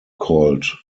called